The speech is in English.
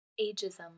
Ageism